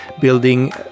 building